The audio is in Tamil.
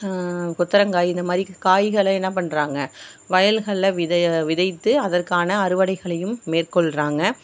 கொத்தவரங்காய் இந்த மாதிரி காய்களை என்ன பண்ணுறாங்க வயல்களில் விதையாக விதைத்து அதற்கான அறுவடைகளையும் மேற்கொள்கிறாங்க